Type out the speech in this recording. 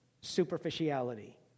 Superficiality